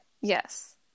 Yes